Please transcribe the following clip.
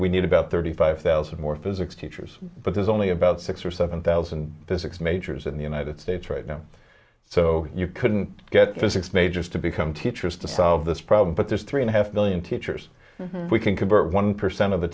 we need about thirty five thousand more physics teachers but there's only about six or seven thousand physics majors in the united states right now so you couldn't get the six majors to become teachers to solve this problem but there's three and a half million teachers we can convert one percent of the